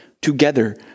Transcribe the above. together